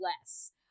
less